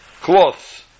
cloths